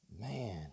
man